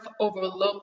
overlook